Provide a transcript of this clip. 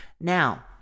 Now